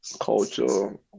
culture